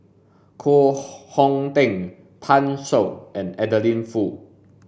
Koh Hong Teng Pan Shou and Adeline Foo